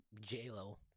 J-Lo